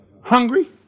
Hungry